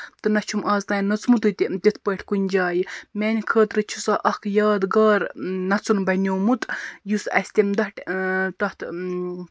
تہٕ نہَ چھُم ازتانۍ نوٚژمُتُے تہِ تِتھٕ پٲٹھۍ کُنہِ جایہِ میٛانہِ خٲطرٕ چھُ سۄ اکھ یادگار نژُن بَنیٛومُت یُس اَسہِ تَمہِ دۄہ تَتھ